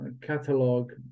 catalog